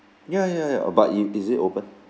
ya ya ya but you is it open